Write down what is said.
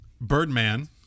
Birdman